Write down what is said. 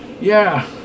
Yeah